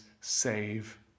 save